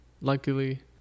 luckily